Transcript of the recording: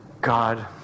God